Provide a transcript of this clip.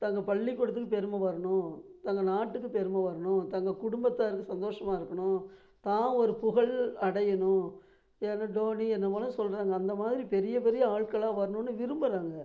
தங்கள் பள்ளிக்கூடத்துக்கு பெருமை வரணும் தங்கள் நாட்டுக்கு பெருமை வரணும் தங்கள் குடும்பத்தார் சந்தோஷமாக இருக்குணும் தான் ஒரு புகழ் அடையணும் ஏனால் டோனி அந்த மாதிரிலாம் சொல்றாங்க அந்த மாதிரி பெரிய பெரிய ஆள்களாக வரணுன்னு விரும்புறாங்க